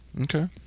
Okay